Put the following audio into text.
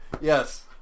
Yes